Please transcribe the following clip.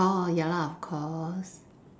orh ya lah of course